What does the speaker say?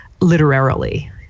literarily